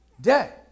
day